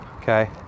okay